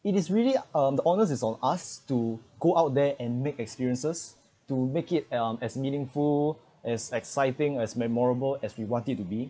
it is really um the honest is on us to go out there and make experiences to make it um as meaningful as exciting as memorable as we want it to be